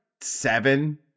seven